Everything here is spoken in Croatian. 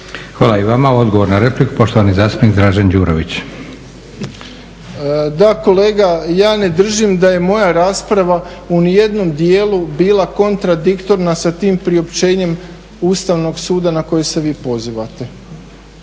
Hvala i vama. Odgovor na repliku poštovani zastupnik Dražen Đurović. **Đurović, Dražen (HDSSB)** Da, kolega, ja ne držim da je moja rasprava u nijednom dijelu bila kontradiktorna sa tim priopćenjem Ustavnog suda na koji se vi pozivate.